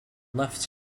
left